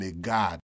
God